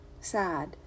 sad